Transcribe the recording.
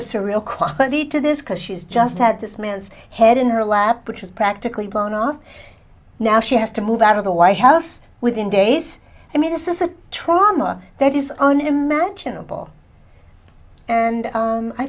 a surreal quality to this because she's just had this man's head in her lap which is practically blown off now she has to move out of the white house within days i mean this is a trauma that is unimaginable and